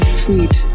sweet